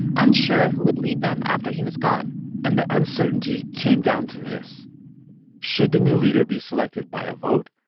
unsure who would lead them after he was gone and the uncertainty came down to this should the new leader be selected by a vote,